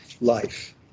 life